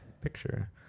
Picture